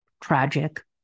tragic